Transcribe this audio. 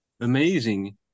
amazing